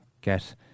get